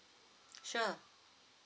sure